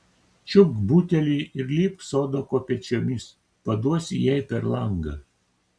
čiupk butelį ir lipk sodo kopėčiomis paduosi jai per langą